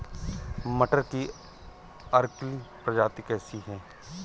मटर की अर्किल प्रजाति कैसी है?